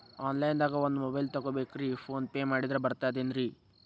Online ದಾಗ ಒಂದ್ mobile ತಗೋಬೇಕ್ರಿ ಫೋನ್ ಪೇ ಮಾಡಿದ್ರ ಬರ್ತಾದೇನ್ರಿ?